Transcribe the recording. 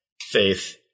faith